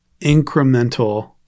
incremental